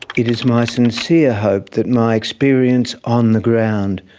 it is my sincere hope that my experience on the ground,